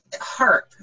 harp